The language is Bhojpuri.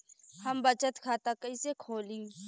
हम बचत खाता कइसे खोलीं?